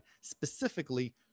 specifically